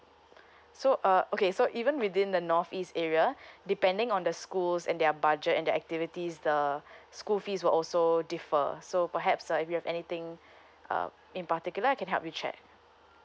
so uh okay so even within the north east area depending on the schools and their budget and the activities the school fees will also differ so perhaps uh if you have anything uh in particular I can help you check